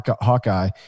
Hawkeye